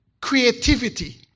creativity